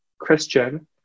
christian